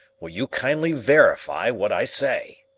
will you kindly verify what i say?